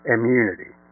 Immunity